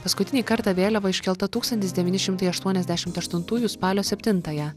paskutinį kartą vėliava iškelta tūkstantis devyni šimtai aštuoniasdešim aštuntųjų spalio septintąją